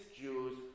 Jews